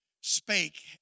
spake